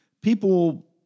people